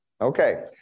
Okay